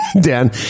Dan